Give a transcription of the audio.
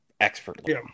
expertly